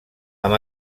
amb